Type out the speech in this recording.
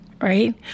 right